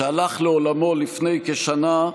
שהלך לעולמו לפני כשנה,